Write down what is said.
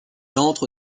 entre